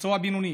פצוע בינוני,